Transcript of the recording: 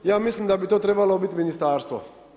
Ja mislim da bi to trebalo biti ministarstvo.